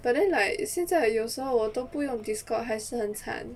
but then like 现在有时候我都不用 Discord 还是很惨